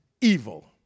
evil